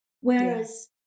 Whereas